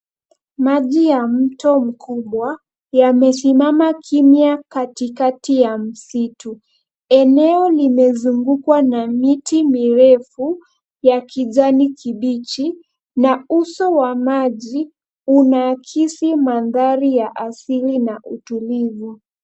Maji ya mto mkubwa yamesimama kimya katikati ya msitu. Eneo limezungukwa na miti mirefu ya kijani kibichi na uso wa maji unaakisi mandhari ya asili na utulivu.